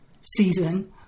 season